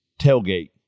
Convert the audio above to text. tailgate